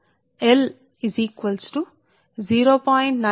7788 into r కు సమానం r' 0